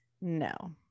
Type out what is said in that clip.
No